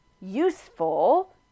useful